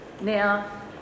now